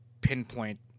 pinpoint